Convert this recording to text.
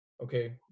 Okay